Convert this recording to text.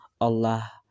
Allah